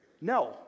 No